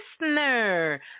listener